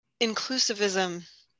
inclusivism